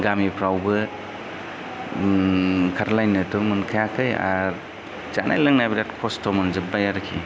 गामिफ्रावबो ओंखारलारनोथ' मोनखायाखै आरो जानाय लोंनाया बिराद खस्थ' मोनजोबबाय आरोखि